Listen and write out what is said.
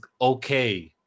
okay